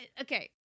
okay